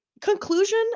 Conclusion